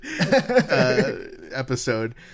episode